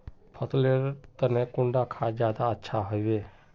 फसल लेर तने कुंडा खाद ज्यादा अच्छा हेवै?